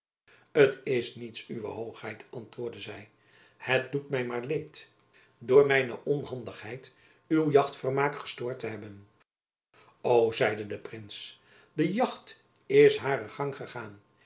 t is niets uwe hoogheid antwoordde zy het doet my maar leed door mijne onhandigheid uw jachtvermaak gestoord te hebben o zeide de prins de jacht is haren gang gegaan